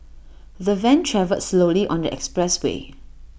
the van travelled slowly on the expressway